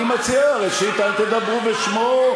אני מציע: ראשית, אל תדברו בשמו.